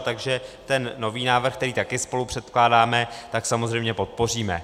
Takže ten nový návrh, který také spolupředkládáme, samozřejmě podpoříme.